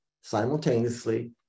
simultaneously